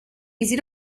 easy